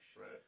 Right